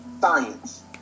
science